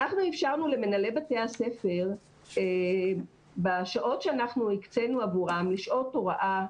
אנחנו אפשרנו למנהלי בתי הספר בשעות שאנחנו הקצנו אותם לשעות הוראה,